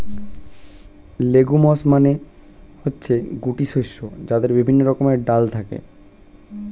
legumes মানে হচ্ছে গুটি শস্য যাতে বিভিন্ন রকমের ডাল থাকে